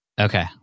Okay